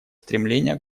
стремления